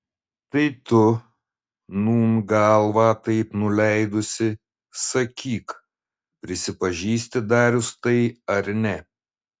tai tu nūn galvą taip nuleidusi sakyk prisipažįsti darius tai ar ne